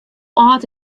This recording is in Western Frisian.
âld